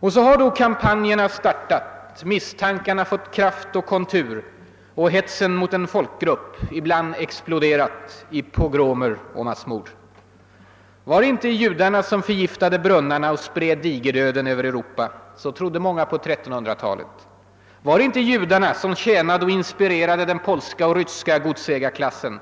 Och så har då kampanjerna startat, misstankarna fått kraft och kontur och hetsen mot en folkgrupp ibland exploderat i pogromer och massmord. Var det inte judarna som förgiftade brunnarna och spred digerdöden över Europa? Så trodde många på 1300-talet. Var det inte judarna som tjänade och inspirerade den polska och ryska godsägarklassen?